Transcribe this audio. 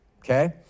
okay